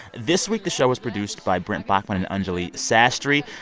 this week, the show was produced by brent baughman and anjuli sastry,